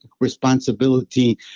responsibility